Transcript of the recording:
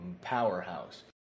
powerhouse